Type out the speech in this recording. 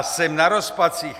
Jsem na rozpacích.